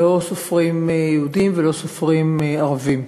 לא סופרים יהודים ולא סופרים ערבים.